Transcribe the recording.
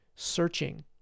searching